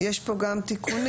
יש פה גם תיקונים,